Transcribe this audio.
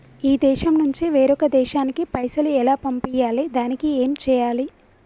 ఈ దేశం నుంచి వేరొక దేశానికి పైసలు ఎలా పంపియ్యాలి? దానికి ఏం చేయాలి?